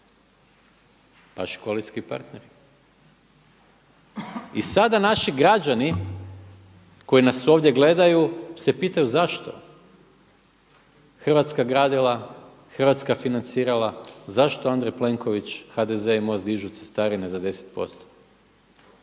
vaš koalicijski partner. I sada naši građani koji nas ovdje gledaju se pitaju zašto? Hrvatska gradila, Hrvatska financirala, zašto Andrej Plenković, HDZ i MOST dižu cestarine za 10%?